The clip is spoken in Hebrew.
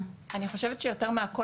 אני חושבת שיותר מהכל,